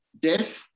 Death